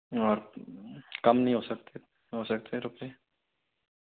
और कम नहीं हो सकते हो सकते रुपये